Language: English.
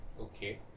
Okay